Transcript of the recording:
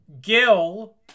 Gil